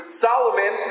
Solomon